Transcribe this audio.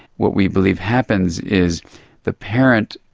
what we believe happens is the parent,